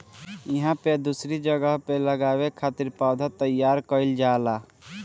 इहां पे दूसरी जगह पे लगावे खातिर पौधा तईयार कईल जाला